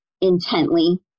intently